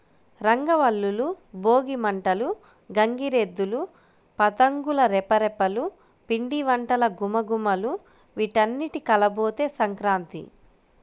రంగవల్లులు, భోగి మంటలు, గంగిరెద్దులు, పతంగుల రెపరెపలు, పిండివంటల ఘుమఘుమలు వీటన్నింటి కలబోతే సంక్రాంతి